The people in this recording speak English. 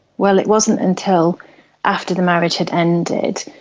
well, it wasn't until after the marriage had ended,